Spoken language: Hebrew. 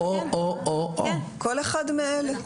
כול אחד מאלה.